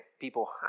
people